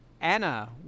Anna